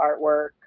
artwork